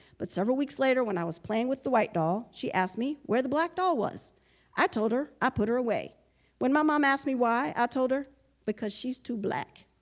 but several weeks later when i was playing with the white doll she asked me where the black doll was i told her i put her away when my mom asked me why i told her because she's too black